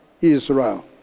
Israel